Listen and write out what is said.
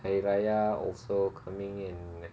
hari raya also coming in